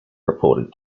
reported